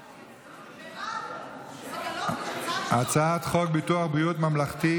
מירב, סגלוביץ' הצעת חוק ביטוח בריאות ממלכתי,